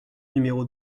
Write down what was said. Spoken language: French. numéro